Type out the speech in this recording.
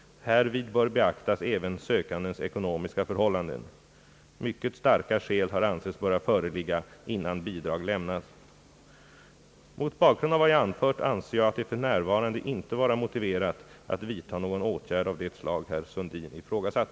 Härvid bör beaktas även sökandens ekonomiska förhållanden. Mycket starka skäl har ansetts böra föreligga innan bidrag lämnas. Mot bakgrund av vad jag anfört anser jag det för närvarande inte vara motiverat att vidta någon åtgärd av det slag herr Sundin ifrågasatt.